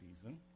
season